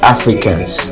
Africans